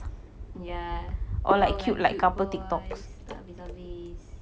ya all them cute boys tak habis-habis